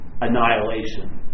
annihilation